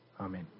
Amen